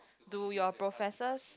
do your professors